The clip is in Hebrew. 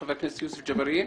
חבר הכנסת יוסף ג'בארין.